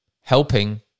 helping